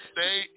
Stay